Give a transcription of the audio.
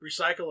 recycle